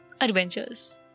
adventures